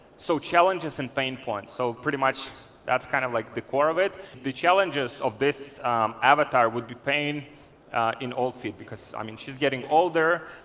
so challenges and pain points. so pretty much that's kind of like the core of it. the challenges of this avatar would be pain in all feet, because i mean she's getting older,